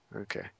okay